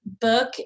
book